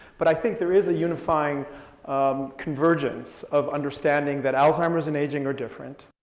but i think there is a unifying um convergence of understanding that alzheimer's and aging are different.